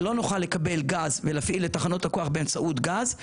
ולא נוכל לקבל גז ולהפעיל את תחנות הכוח באמצעות גז,